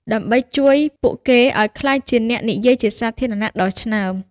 ដើម្បីជួយពួកគេឱ្យក្លាយជាអ្នកនិយាយជាសាធារណៈដ៏ឆ្នើម។